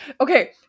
Okay